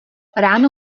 ráno